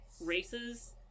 races